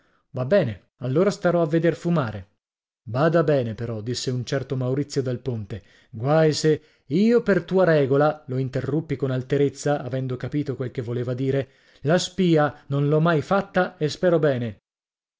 va bene allora starò a veder fumare bada bene però disse un certo maurizio del ponte guai se io per tua regola lo interruppi con alterezza avendo capito quel che voleva dire la spia non l'ho mai fatta e spero bene